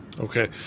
Okay